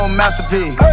masterpiece